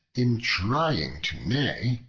in trying to neigh,